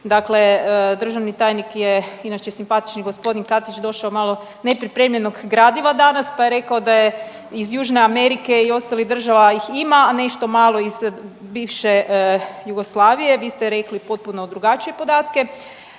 dakle, državni tajnik je inače simpatični gospodin Katić došao malo nepripremljenog gradiva pa je rekao da je iz Južne Amerike i ostalih ih ima a nešto malo iz bivše Jugoslavije, vi ste rekli potpuno drugačije podatke,